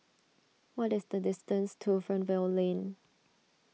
what is the distance to Fernvale Lane